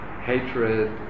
hatred